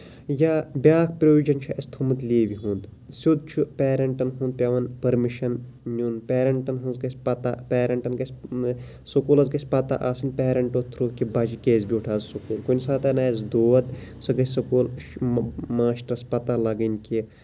یا بیاکھ پروِجن چھُ اَسہِ تھومُت لیٖوِ ہُند سیوٚد چھُ پیرینٹَن ہُند پیوان پٔرمِشن نیُن پیرینٹَن ۂنز گژھِ پَتہ پیرینٹَن گژھِ سکوٗلَن گژھِ پَتہٕ آسٕنۍ پیرینٹو تھروٗ کہِ بَچہٕ کیازِ بوٗٹھ آز سکوٗل کُنہِ ساتہٕ آسہِ دود سُہ گژہِ سکوٗل ماسٹرَس پَتہٕ لَگٔنۍ کہِ